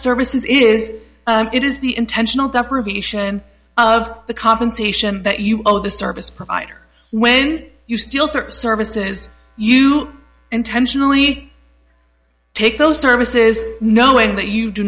services it is it is the intentional deprivation of the compensation that you owe the service provider when you steal for services you intentionally take those service is knowing that you do